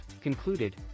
concluded